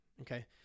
okay